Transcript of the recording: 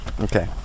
Okay